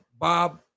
Bob